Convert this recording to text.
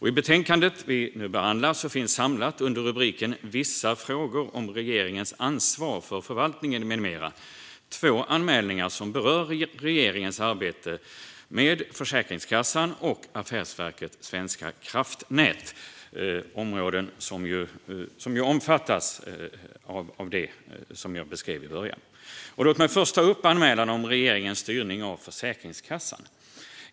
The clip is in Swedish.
I det betänkande vi nu behandlar finns samlat under rubriken Vissa frågor om regeringens ansvar för förvaltningen m.m. två anmälningar som berör regeringens arbete med Försäkringskassan och Affärsverket svenska kraftnät. Det är områden som omfattas av det som jag beskrev i början. Låt mig först ta upp anmälan om regeringens styrning av Försäkringskassan.